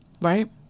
Right